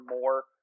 more